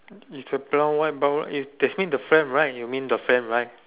is the brown white brown right is that's mean the frame right you mean the frame right